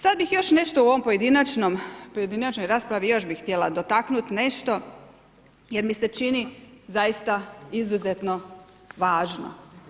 Sad bih još nešto u ovom pojedinačnom, pojedinačnoj raspravi još bih htjela dotaknuti nešto jer mi se čini zaista izuzetno važno.